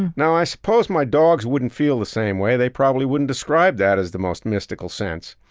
and now, i suppose my dogs wouldn't feel the same way. they probably wouldn't describe that as the most mystical sense.